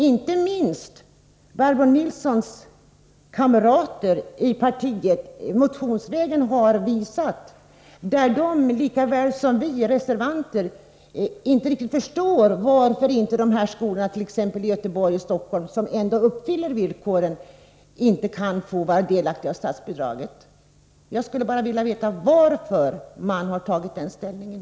Inte minst Barbro Nilssons kamrater i partiet har motionsvägen visat att de, liksom vi reservanter, inte riktigt förstår varför inte t.ex. skolorna i Göteborg och Stockholm kan få del av statsbidraget. Jag skulle bara vilja veta varför man har den inställningen.